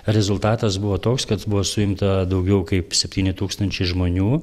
rezultatas buvo toks kad buvo suimta daugiau kaip septyni tūkstančiai žmonių